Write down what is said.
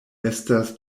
estas